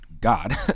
God